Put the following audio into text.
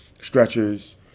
stretchers